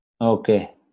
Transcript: Okay